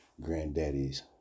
granddaddy's